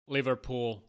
Liverpool